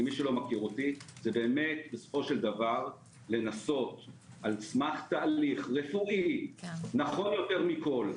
זה לנסות על סמך תהליך רפואי, נכון יותר מכול,